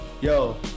Yo